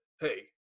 hey